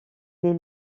des